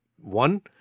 one